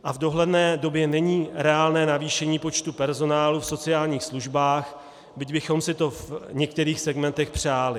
A v dohledné době není reálné navýšení počtu personálu v sociálních službách, byť bychom si to v některých segmentech přáli.